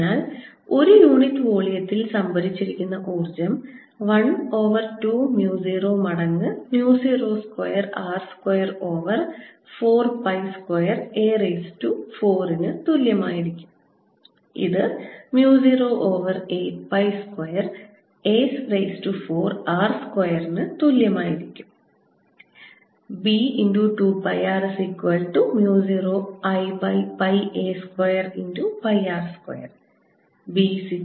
അതിനാൽ ഒരു യൂണിറ്റ് വോള്യത്തിന് സംഭരിച്ചിരിക്കുന്ന ഊർജ്ജം 1 ഓവർ 2 mu 0 മടങ്ങ് mu 0 square r square over 4 pi square a raised to 4 ന് തുല്യമായിരിക്കും ഇത് mu 0 over 8 pi square a raised to 4 r സ്ക്വയറിന് തുല്യമാണ് B